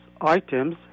items